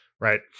right